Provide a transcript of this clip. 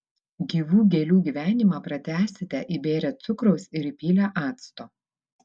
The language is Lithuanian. gyvų gėlių gyvenimą pratęsite įbėrę cukraus ir įpylę acto